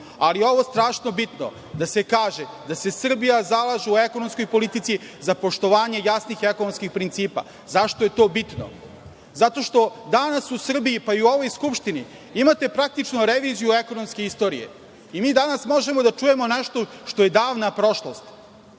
ali ovo je strašno bitno da se kaže, da se Srbija zalaže u ekonomskoj politici za poštovanje jasnih ekonomskih principa. Zašto je bitno? Zato što danas u Srbiji, pa i u ovoj Skupštini imate praktično reviziju ekonomske istorije. Mi danas možemo da čujemo nešto što davna prošlost.